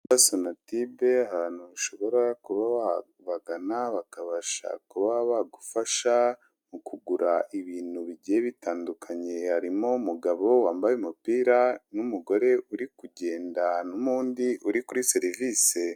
Hitwa Sonatube ahantu ushobora kuba wabagana bakabasha kuba bagufasha mu kugura ibintu bigiye bitandukanye, harimo umugabo wambaye umupira n'umugore uri kugenda n'undi uri kuri serivise.